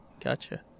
gotcha